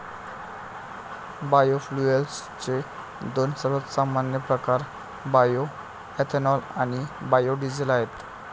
बायोफ्युएल्सचे दोन सर्वात सामान्य प्रकार बायोएथेनॉल आणि बायो डीझेल आहेत